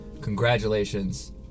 Congratulations